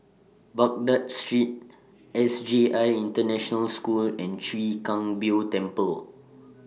Baghdad Street S J I International School and Chwee Kang Beo Temple